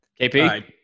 kp